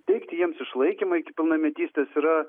teikti jiems išlaikymą iki pilnametystės yra